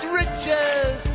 riches